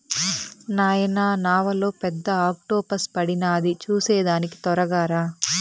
నాయనా నావలో పెద్ద ఆక్టోపస్ పడినాది చూసేదానికి తొరగా రా